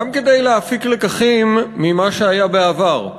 גם כדי להפיק לקחים ממה שהיה בעבר.